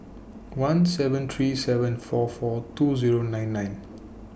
one seven three seven four four two Zero nine nine